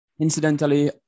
Incidentally